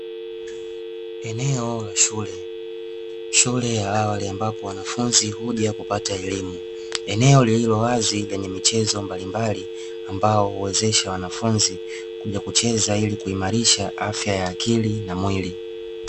Eneo la shule ya awali ambapo wanafunzi huja kupata elimu, eneo lililo wazi lenye michezo mbalimbali ambao huwezesha wanafunzi kuja kucheza ili kuimarisha afya ya akili na mwili.